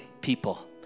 people